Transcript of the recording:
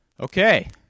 Okay